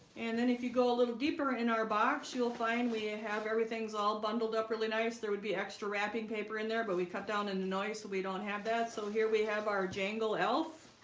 and then if you go a little deeper in our box you'll find we ah have everything's all bundled up really nice. there would be extra wrapping paper in there, but we cut down into noise we don't have that. so here we have our jangle elf